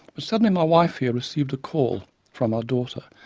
but suddenly my wife here received a call from our daughter.